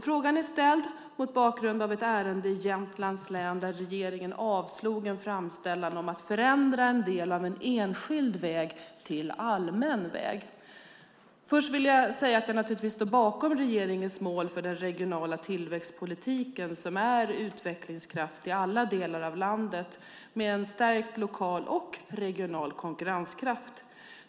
Frågan är ställd mot bakgrund av ett ärende i Jämtlands län där regeringen avslog en framställan om att förändra en del av en enskild väg till allmän väg. Först vill jag säga att jag naturligtvis står bakom regeringens mål för den regionala tillväxtpolitiken som är utvecklingskraft i alla delar av landet med en stärkt lokal och regional konkurrenskraft.